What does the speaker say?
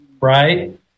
Right